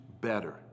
better